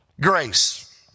grace